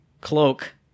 Cloak